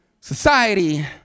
Society